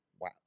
Wow